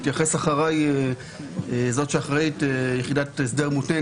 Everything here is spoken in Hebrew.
תתייחס אחריי זאת שאחראית מיחידת הסדר מותנה,